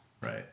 Right